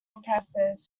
impressive